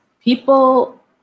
people